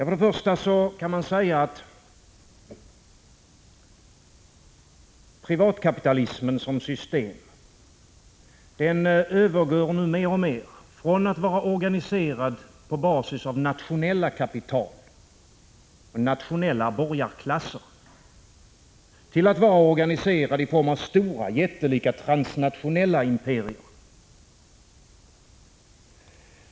För det första kan man säga att privatkapitalismen som system nu mer och mer övergår från att vara organiserad på basis av nationella kapital och den nationella borgarklassen till att vara organiserad i form av stora, jättelika transnationella imperier.